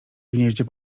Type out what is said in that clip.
gnieździe